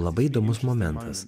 labai įdomus momentas